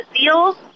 seals